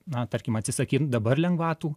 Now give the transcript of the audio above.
na tarkim atsisakyt dabar lengvatų